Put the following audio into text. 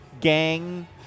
gang